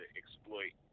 exploit